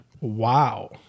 Wow